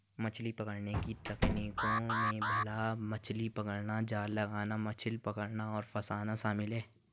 मछली पकड़ने की तकनीकों में भाला मछली पकड़ना, जाल लगाना, मछली पकड़ना और फँसाना शामिल है